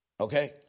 Okay